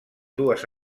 dues